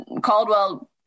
Caldwell